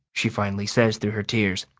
she finally says through her tears.